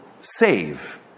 save